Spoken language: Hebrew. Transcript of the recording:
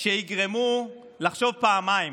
שיגרמו לחשוב פעמיים